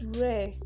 rare